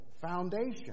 foundation